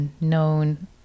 known